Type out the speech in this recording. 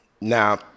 now